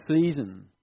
season